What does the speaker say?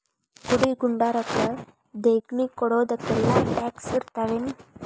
ಗುಡಿ ಗುಂಡಾರಕ್ಕ ದೇಣ್ಗಿ ಕೊಡೊದಕ್ಕೆಲ್ಲಾ ಟ್ಯಾಕ್ಸ್ ಇರ್ತಾವೆನು?